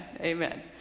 Amen